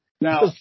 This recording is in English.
Now